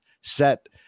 set